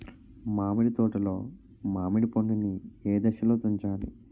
మామిడి తోటలో మామిడి పండు నీ ఏదశలో తుంచాలి?